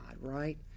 right